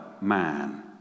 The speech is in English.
man